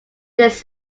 this